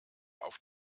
auf